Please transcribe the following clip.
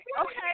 okay